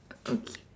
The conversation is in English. okay